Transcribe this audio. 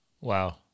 Wow